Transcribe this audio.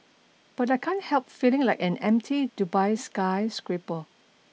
but I can't help feeling like an empty Dubai skyscraper